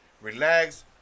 Relax